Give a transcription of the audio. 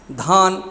धान